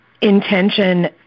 intention